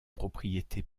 propriété